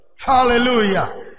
Hallelujah